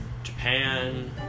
japan